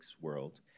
world